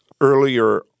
earlier